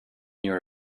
your